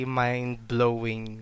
mind-blowing